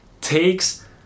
takes